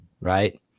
right